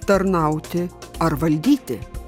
tarnauti ar valdyti